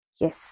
Yes